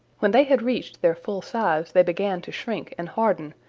when they had reached their full size they began to shrink and harden,